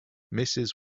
mrs